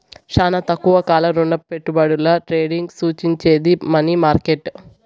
శానా తక్కువ కాల రుణపెట్టుబడుల ట్రేడింగ్ సూచించేది మనీ మార్కెట్